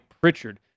Pritchard